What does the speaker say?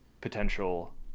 potential